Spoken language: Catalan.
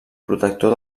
protector